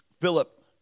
Philip